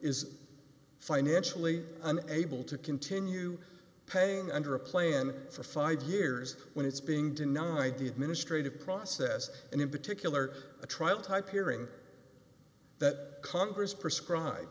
is financially and able to continue paying under a plan for five years when it's being denied the administrative process and in particular the trial type hearing that congress prescribe